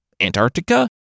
Antarctica